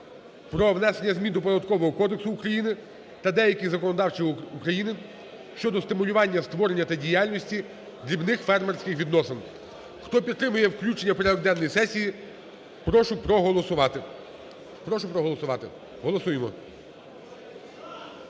про внесення змін до Податкового кодексу України та деяких законодавчих актів України щодо стимулювання створення та діяльності дрібних фермерських... відносин. Хто підтримує включення в порядок денний сесії, прошу проголосувати. Прошу проголосувати. Голосуємо.